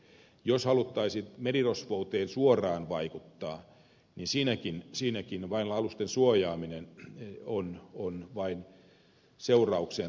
jos haluttaisiin merirosvouteen suoraan vaikuttaa niin siinäkin alusten suojaaminen on vain seuraukseen tarttuminen